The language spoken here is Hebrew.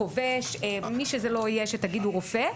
חובש או מי שזה לא יהיה או אם תגידו רופא.